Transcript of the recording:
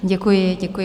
Děkuji, děkuji.